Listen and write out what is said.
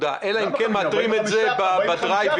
אלא אם כן מאתרים אותם בדרייב-אין.